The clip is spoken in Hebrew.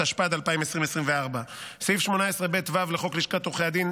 התשפ"ד 2024. סעיף 18ב(ו) לחוק לשכת עורכי הדין,